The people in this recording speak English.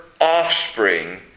offspring